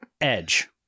Edge